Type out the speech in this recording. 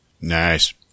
Nice